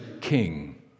king